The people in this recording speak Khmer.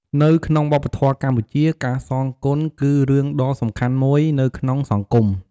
នៅក្នុងវប្បធម៌កម្ពុជា ការសងគុណគឺរឿងដ៏សំខាន់មួយនៅក្នុងសង្គម។